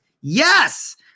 Yes